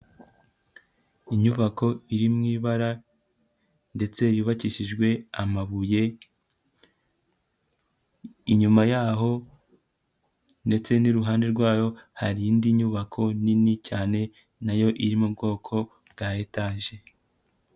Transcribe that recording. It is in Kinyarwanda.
Inyubako iri mu ibara ndetse yubakishijwe amabuye, inyuma y'aho ndetse n'iruhande rwayo hari indi nyubako nini cyane nayo iri mu bwoko bwa etaje.